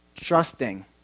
trusting